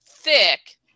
Thick